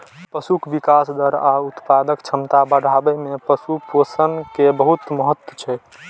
पशुक विकास दर आ उत्पादक क्षमता बढ़ाबै मे पशु पोषण के बहुत महत्व छै